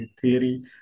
theory